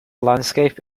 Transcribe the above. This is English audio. landscape